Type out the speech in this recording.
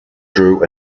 drew